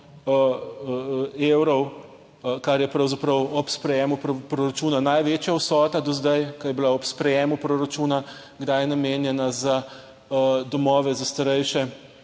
evrov, kar je pravzaprav ob sprejemu proračuna največja vsota do zdaj, ko je bila ob sprejemu proračuna, kdaj je namenjena za domove za starejše